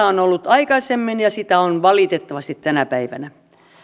on ollut aikaisemmin ja sitä on valitettavasti tänä päivänä